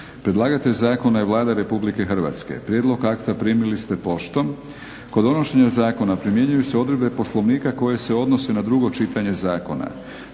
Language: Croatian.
Predlagatelj zakona je Vlada RH. Prijedlog akta primili ste poštom. Kod donošenja zakona primjenjuju se odredbe poslovnika koje se odnose na drugo čitanje zakona.